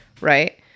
right